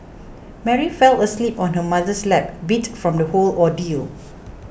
Mary fell asleep on her mother's lap beat from the whole ordeal